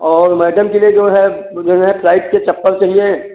और मैडम के लिए जो है मुझे ना फ़्लाइट के चप्पल चाहिए